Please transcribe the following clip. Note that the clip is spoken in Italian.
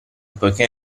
poiché